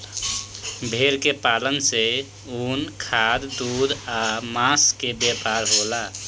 भेड़ के पालन से ऊन, खाद, दूध आ मांस के व्यापार होला